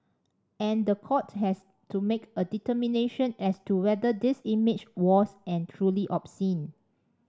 and the court has to make a determination as to whether this image was and truly obscene